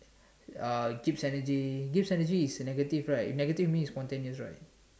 uh keeps energy give energy is negative right negative means it's spontaneous right